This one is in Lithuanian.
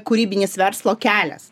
kūrybinis verslo kelias